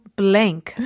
blank